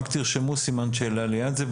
רק תרשמו סימן שאלה ליד זה.